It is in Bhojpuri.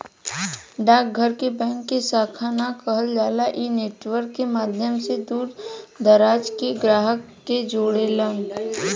डाक घर के बैंक के शाखा ना कहल जाला इ नेटवर्क के माध्यम से दूर दराज के ग्राहक के जोड़ेला